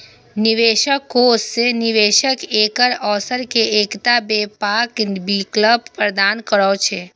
निवेश कोष निवेश केर अवसर के एकटा व्यापक विकल्प प्रदान करै छै